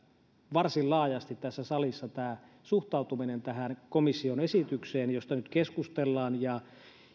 varsin laajasti tässä salissa suhtautuminen tähän komission esitykseen josta nyt keskustellaan ja